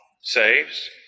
saves